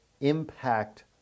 impact